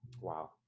Wow